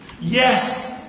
Yes